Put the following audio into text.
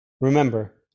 Remember